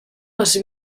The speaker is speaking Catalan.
les